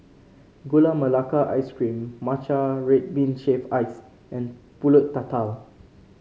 Gula Melaka Ice Cream Matcha Red Bean Shaved Ice and pulut tatal